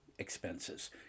expenses